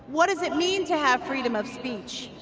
what does it mean to have freedom of speech?